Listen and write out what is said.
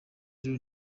rero